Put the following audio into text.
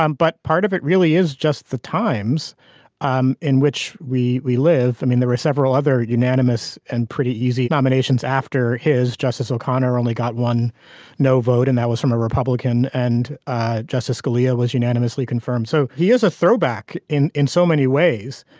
um but part of it really is just the times um in which we we live. i mean there were several other unanimous and pretty easy nominations after his justice o'connor only got one no vote and that was from a republican. and ah justice scalia was unanimously confirmed so he is a throwback in in so many ways.